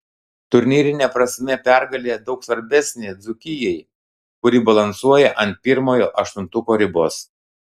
turnyrine prasme pergalė daug svarbesnė dzūkijai kuri balansuoja ant pirmojo aštuntuko ribos